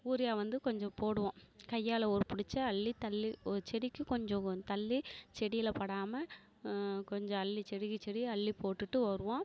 urea வந்து கொஞ்சம் போடுவோம் கையால் ஒரு பிடிச்சி அள்ளி தள்ளி ஒரு செடிக்கு கொஞ்சம் கொஞ் தள்ளி செடியில் படாமல் கொஞ்சம் அள்ளி செடிக்கு செடி அள்ளி போட்டுட்டு வருவோம்